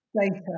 data